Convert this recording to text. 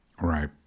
Right